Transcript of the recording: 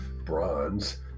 bronze